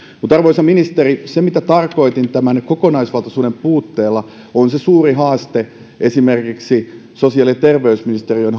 mutta arvoisa ministeri se mitä tarkoitin tämän kokonaisvaltaisuuden puutteella on se suuri haaste esimerkiksi sosiaali ja terveysministeriön